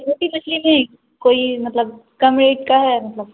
چھوٹی مچھلی میں ہی کوئی مطلب کم ریٹ کا ہے مطلب